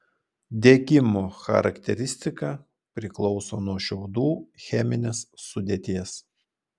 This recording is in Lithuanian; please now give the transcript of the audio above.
degimo charakteristika priklauso nuo šiaudų cheminės sudėties